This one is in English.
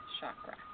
chakra